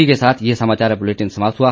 इसी के साथ ये समाचार बुलेटिन समाप्त हुआ